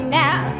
now